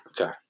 Okay